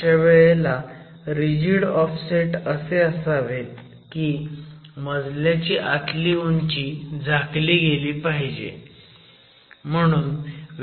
अशावेळेला rigid offset असे असावेत की मजल्याची आतली उंची झाकली गेली पाहिजे